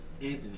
Anthony